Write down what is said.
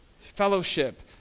fellowship